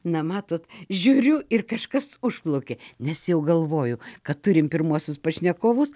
na matot žiūriu ir kažkas užplaukė nes jau galvoju kad turim pirmuosius pašnekovus